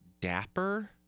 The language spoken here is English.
dapper